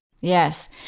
Yes